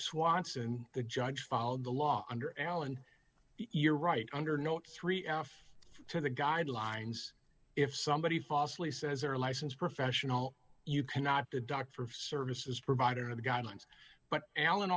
swanson the judge followed the law under alan you're right under note three f to the guidelines if somebody falsely says they're licensed professional you cannot deduct for services provided of the guidelines but alan